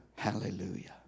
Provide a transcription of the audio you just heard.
Hallelujah